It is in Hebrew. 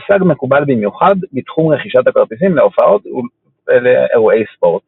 המושג מקובל במיוחד בתחום רכישת הכרטיסים להופעות ולאירועי ספורט.